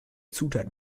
zutat